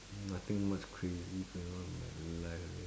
nothing much crazy going on with my life leh